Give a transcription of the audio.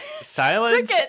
silence